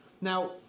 Now